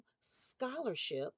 scholarship